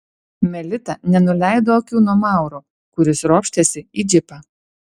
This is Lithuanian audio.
melita nenuleido akių nuo mauro kuris ropštėsi į džipą